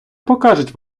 покажуть